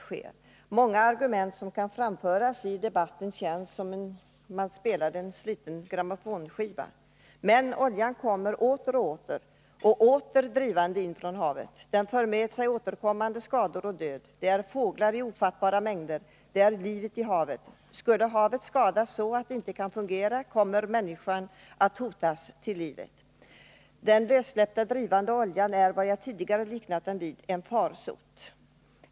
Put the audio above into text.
När man hör många av argumenten som framförs i debatten känns det som om man spelade en sliten grammofonskiva. Men oljan kommer åter och åter drivande in från havet. Den för med sig återkommande skador och död. Det är fåglar i ofattbara mängder, det är livet i havet som drabbas. Skulle havet skadas så att det inte kan fungera kommer människan att hotas till livet. Den lössläppta, drivande oljan är, som jag tidigare liknat den vid, en farsot.